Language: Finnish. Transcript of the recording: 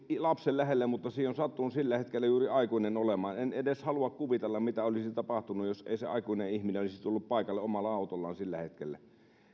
lapsen lähellä mutta siinä on sattunut juuri sillä hetkellä aikuinen olemaan en edes halua kuvitella mitä olisi tapahtunut jos ei se aikuinen ihminen olisi tullut paikalle omalla autollaan sillä hetkellä